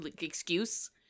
excuse